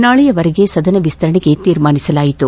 ನಾಳೆಯವರೆಗೆ ಸದನ ವಿಸ್ತರಣೆಗೆ ತೀರ್ಮಾನಿಸಲಾಯಿತು